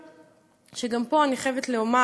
מגוואט, וגם פה, אני חייבת לומר,